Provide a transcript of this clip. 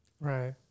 Right